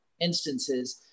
instances